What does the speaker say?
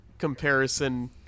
Comparison